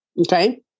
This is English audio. Okay